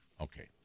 Okay